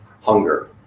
hunger